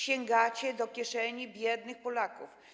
Sięgacie do kieszeni biednych Polaków.